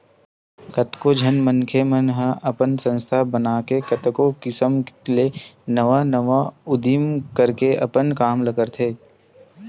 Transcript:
कतको झन मनखे मन ह अपन संस्था बनाके कतको किसम ले नवा नवा उदीम करके अपन काम ल करत हे